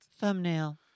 Thumbnail